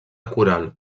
coral